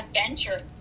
adventure